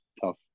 tough